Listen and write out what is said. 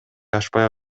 ашпай